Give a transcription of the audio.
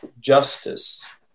justice